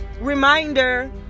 reminder